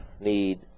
need